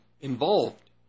involved